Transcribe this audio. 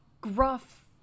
gruff